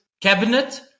cabinet